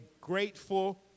grateful